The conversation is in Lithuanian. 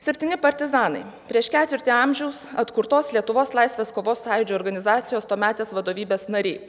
septyni partizanai prieš ketvirtį amžiaus atkurtos lietuvos laisvės kovos sąjūdžio organizacijos tuometės vadovybės nariai